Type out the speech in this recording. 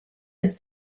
ist